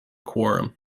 quorum